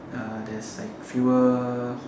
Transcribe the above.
uh there's like fewer